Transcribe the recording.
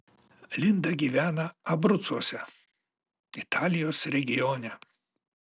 linda gyvena abrucuose italijos regione